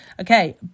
okay